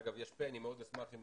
אגב, יש פ', אני מאוד אשמח אם